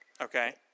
Okay